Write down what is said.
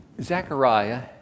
Zechariah